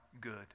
good